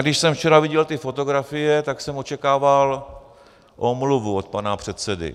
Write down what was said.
Když jsem včera viděl ty fotografie, tak jsem očekával omluvu od pana předsedy.